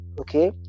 okay